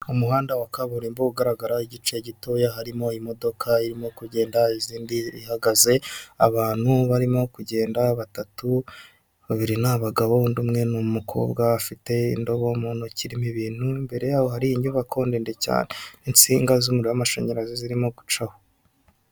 Umuhanda wa kaburimbo ugaragara igice gitoya harimo imodoka irimo kugenda izindi zihagaze, abantu barimo kugenda batatu babiri n'abagabo undi umwe n'umukobwa ufite indobo mu ntoki irimo ibintu, imbereho hari inyubako ndende cyane n'insinga zumuriro wamashanyarazi zirimo gucaho.